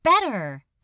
better